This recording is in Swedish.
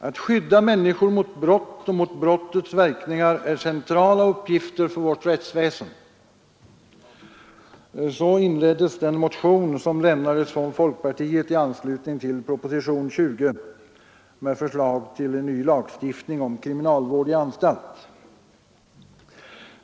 Att skydda människor mot brott och mot brottets verkningar är centrala uppgifter för vårt rättsväsen.” Så inleddes den motion som lämnades från folkpartiet i anslutning till propositionen 20 med förslag till ny lagstiftning om kriminalvård i anstalt.